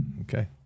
Okay